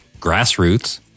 grassroots